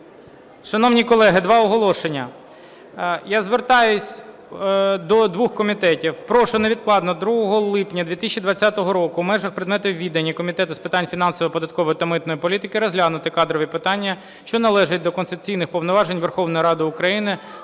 Шановні колеги, два оголошення. Я звертаюсь до двох комітетів. Прошу невідкладно 2 липня 2020 року в межах предметів відання Комітету з питань фінансів, податкової та митної політики розглянути кадрові питання, що належать до конституційних повноважень Верховної Ради України